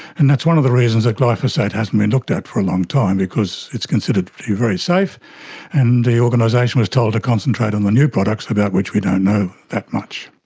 and that's one of the reasons that glyphosate hasn't been looked at for a long time because it's considered to be very safe and the organisation was told to concentrate on the new products, about which we don't know that much.